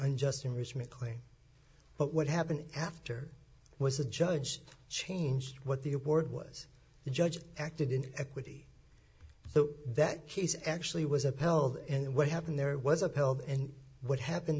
unjust enrichment claim but what happened after was the judge changed what the award was the judge acted in equity so that case actually was upheld and what happened there was upheld and what happened